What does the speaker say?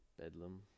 bedlam